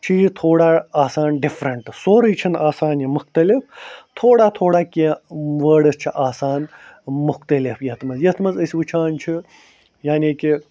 چھِ یہِ تھوڑا آسان ڈِفرنٛٹ سورٕے چھُنہٕ آسان یہِ مختلِف تھوڑا تھوڑا کیٚنٛہہ وٲڈٕس چھِ آسان مختلف یَتھ منٛز یَتھ منٛز أسۍ وٕچھان چھِ یعنی کہِ